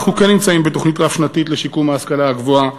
אנחנו כן נמצאים בתוכנית רב-שנתית לשיקום ההשכלה הגבוהה.